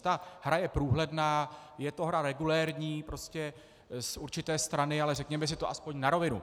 Ta hra je průhledná, je to hra regulérní z určité strany, ale řekněme si to alespoň na rovinu.